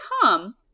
come